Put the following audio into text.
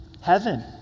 Heaven